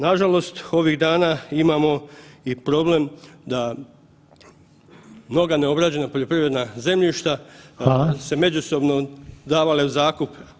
Nažalost ovih dana imamo i problem da mnoga neobrađena poljoprivredna zemljišta [[Upadica Reiner: Hvala.]] su se međusobno davale u zakup…